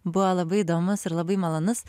buvo labai įdomus ir labai malonus